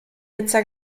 nizza